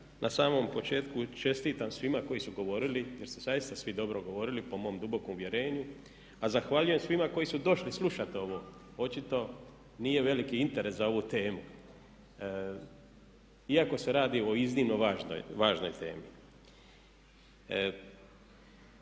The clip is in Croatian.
na samom početku čestitam svima koji su govorili jer su zaista svi dobro govorili po mom dubokom uvjerenju a zahvaljujem svima koji su došli slušati ovo. Očito nije veliki interes za ovu temu. Iako se radi o iznimno važnoj temi.